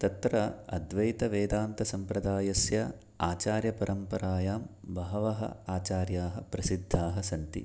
तत्र अद्वैतवेदान्तसम्प्रदायस्य आचार्यपरम्परायां बहवः आचार्याः प्रसिद्धाः सन्ति